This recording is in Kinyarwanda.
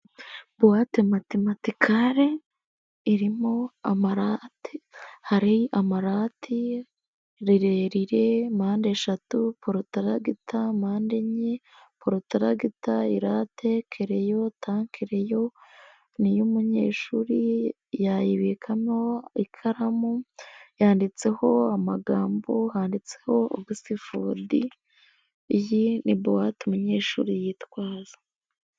Bowate mati matikale irimo amarate, hari amarati maremare, mpande eshatu porotoragita mande enye, porotaragita kereyo, takereyo niy'umunyeshuri yayibikamo ikaramu yanditseho amagambo handitseho osifodi iyi niboate umunyeshuri yitwaza.